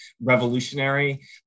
revolutionary